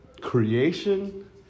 Creation